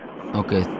Okay